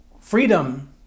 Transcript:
Freedom